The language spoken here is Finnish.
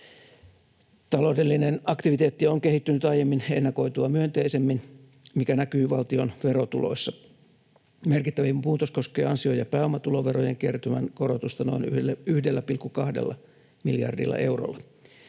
Taloudellinen aktiviteetti on kehittynyt aiemmin ennakoitua myönteisemmin, mikä näkyy valtion verotuloissa. Merkittävin muutos koskee ansio- ja pääomatuloverojen kertymän korotusta noin 1,2 miljardilla eurolla.